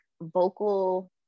vocal